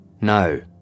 no